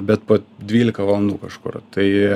bet po dvylika valandų kažkur tai